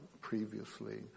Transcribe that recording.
previously